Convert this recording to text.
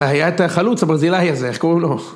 היה את החלוץ הברזילאי הזה, איך קוראים לו?